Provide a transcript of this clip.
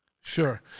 Sure